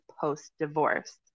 post-divorce